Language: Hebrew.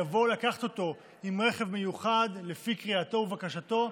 יבואו לקחת אותו עם רכב מיוחד לפי קריאתו ובקשתו,